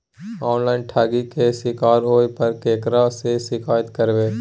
Online ठगी के शिकार होय पर केकरा से शिकायत करबै?